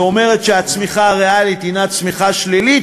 זה אומר שהצמיחה הריאלית הנה צמיחה שלילית